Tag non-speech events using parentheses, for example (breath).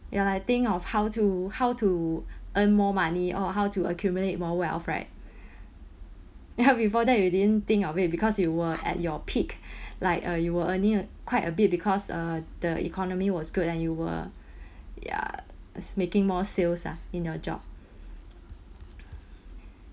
ya I think of how to how to (breath) earn more money or how to accumulate more wealth right (breath) ya before that you didn't think of it because you were at your peak (breath) like uh you will earning uh quite a bit because uh the economy was good and you were (breath) ya making more sales ah in your job